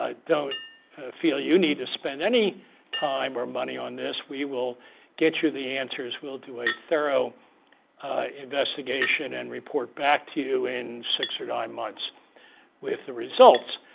ah don't feel you need to spend any time or money on this. we will get you the answers, we'll do a thorough investigation and report back to you in six or nine months with the results.